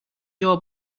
your